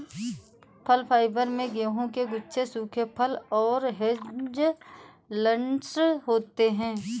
फल फाइबर में गेहूं के गुच्छे सूखे फल और हेज़लनट्स होते हैं